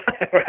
right